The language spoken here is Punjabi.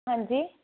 ਹਾਂਜੀ